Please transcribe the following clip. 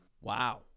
Wow